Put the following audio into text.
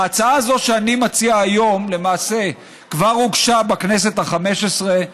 ההצעה הזאת שאני מציע היום למעשה כבר הוגשה בכנסת החמש עשרה.